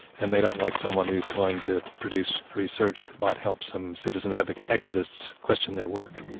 and they don't like someone who is going to produce research that might help some citizen but activists question their work.